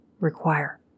require